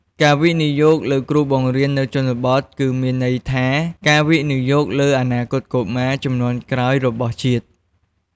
ការវិនិយោគលើគ្រូបង្រៀននៅជនបទ គឺមានន័យថាការវិនិយោគលើអនាគតកុមារជំនាន់ក្រោយរបស់ជាតិ។